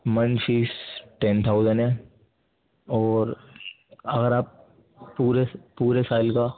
month fees ten thousand ہے اور اگر آپ پورے پورے سال کا